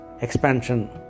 expansion